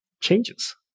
changes